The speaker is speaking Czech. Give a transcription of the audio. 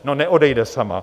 No, neodejde sama.